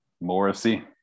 Morrissey